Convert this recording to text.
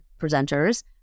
presenters